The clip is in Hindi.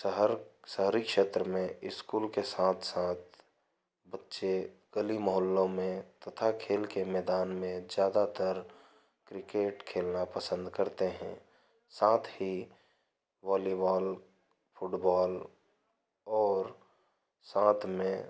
शहर शहरी क्षेत्र में इस्कूल के साथ साथ बच्चे गली मोहल्लों में तथा खेल के मैदान में ज़्यादातर क्रिकेट खेलना पसंद करते हैं साथ ही वॉलीवॉल फ़ुटबॉल और साथ में